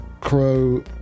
Crow